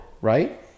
right